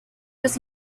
los